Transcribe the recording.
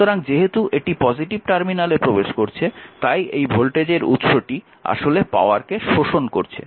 সুতরাং যেহেতু এটি পজিটিভ টার্মিনালে প্রবেশ করছে তাই এই ভোল্টেজের উৎসটি আসলে পাওয়ারকে শোষণ করছে